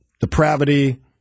depravity